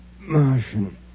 Martian